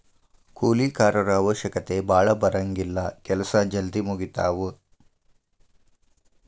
ಕೂಲಿ ಕಾರರ ಅವಶ್ಯಕತೆ ಭಾಳ ಬರುಂಗಿಲ್ಲಾ ಕೆಲಸಾ ಜಲ್ದಿ ಮುಗಿತಾವ